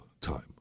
time